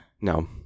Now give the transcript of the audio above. No